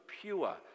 pure